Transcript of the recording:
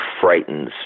frightens